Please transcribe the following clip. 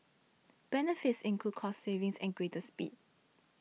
benefits include cost savings and greater speed